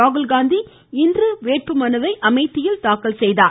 ராகுல்காந்தி இன்று வேட்புமனுவை அமேதியில் தாக்கல் செய்தார்